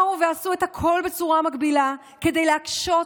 באו ועשו את הכול במקביל כדי להקשות,